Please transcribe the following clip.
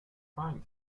trying